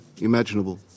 imaginable